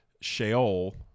Sheol